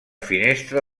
finestra